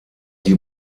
die